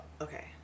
Okay